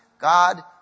God